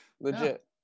legit